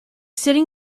sitting